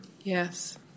Yes